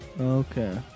Okay